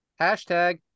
Hashtag